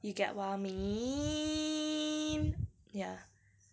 you get what I mean